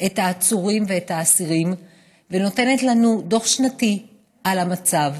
את העצורים ואת האסירים ונותנת לנו דוח שנתי על המצב.